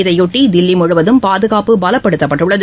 இதனையொட்டி தில்லி முழுவதும் பாதுகாப்பு பலப்படுத்தப்பட்டுள்ளது